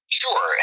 sure